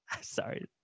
sorry